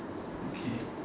okay